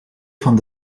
van